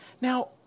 Now